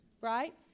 right